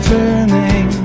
Turning